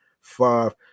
five